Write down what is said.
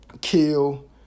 kill